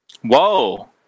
Whoa